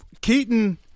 Keaton